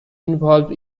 involved